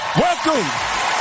welcome